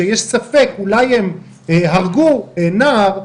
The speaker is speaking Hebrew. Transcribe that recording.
שיש ספק אולי הם הרגו נער,